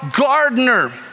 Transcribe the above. gardener